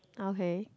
okay